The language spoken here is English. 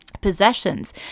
possessions